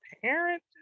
parent